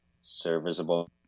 serviceable